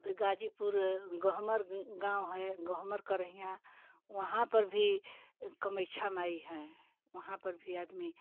गाजीपुर गहमर गाँव है गहमर का रहियाँ वहाँ पर भी कमिक्षा माई हैं वहाँ पर भी आदमी